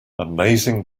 amazing